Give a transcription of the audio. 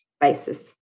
basis